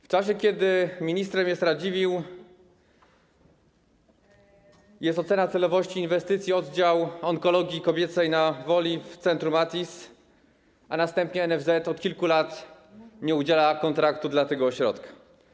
W czasie, kiedy ministrem jest Radziwiłł, jest ocena celowości inwestycji: oddział onkologii kobiecej na Woli w centrum Attis, a następnie NFZ od kilku lat nie udziela kontraktu dla tego ośrodka.